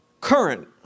current